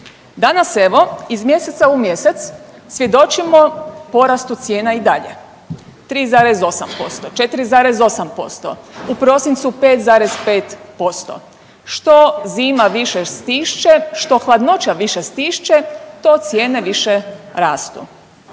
Danas evo iz mjeseca u mjesec svjedočimo porastu cijena i dalje 3,8%, 4,8%, u prosincu 5,5%. Što zima više stišče, što hladnoća više stišće to cijene više rastu.